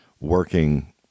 working